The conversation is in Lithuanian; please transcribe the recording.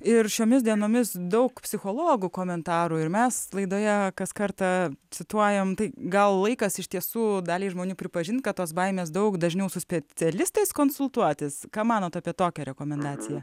ir šiomis dienomis daug psichologų komentarų ir mes laidoje kas kartą cituojam tai gal laikas iš tiesų daliai žmonių pripažint kad tos baimės daug dažniau su specialistais konsultuotis ką manot apie tokią rekomendaciją